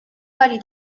کاری